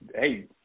hey